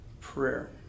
prayer